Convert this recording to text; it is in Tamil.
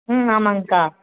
ம் ஆமாங்கக்கா